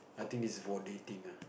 I think this is for dating ah